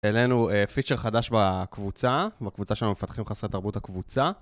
העלנו לנו פיצ'ר חדש בקבוצה, בקבוצה של מפתחים חסרי תרבות הקבוצה.